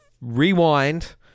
rewind